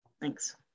Thanks